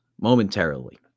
momentarily